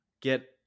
get